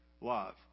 love